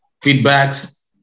feedbacks